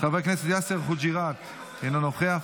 חבר הכנסת יאסר חוג'יראת, אינו נוכח,